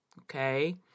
okay